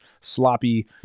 sloppy